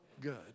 good